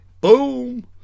boom